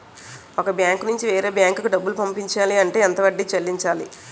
ఒక బ్యాంక్ నుంచి వేరే బ్యాంక్ కి డబ్బులు పంపించాలి అంటే ఎంత వడ్డీ చెల్లించాలి?